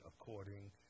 according